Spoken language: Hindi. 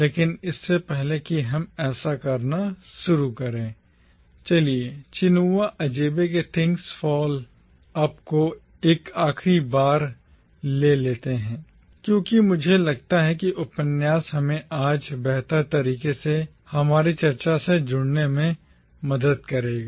लेकिन इससे पहले कि हम ऐसा करना शुरू करें चलिए चिनुआ अचेबे के थिंग्स फॉल अप को एक आखिरी बार ले लेते हैं क्योंकि मुझे लगता है कि उपन्यास हमें आज बेहतर तरीके से हमारी चर्चा से जुड़ने में मदद करेगा